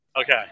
Okay